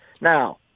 Now